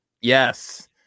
Yes